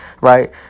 Right